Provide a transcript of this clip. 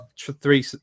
three